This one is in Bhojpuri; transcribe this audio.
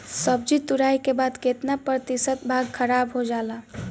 सब्जी तुराई के बाद केतना प्रतिशत भाग खराब हो जाला?